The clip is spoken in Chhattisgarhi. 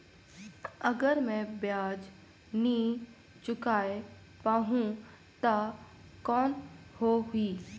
अगर मै ब्याज नी चुकाय पाहुं ता कौन हो ही?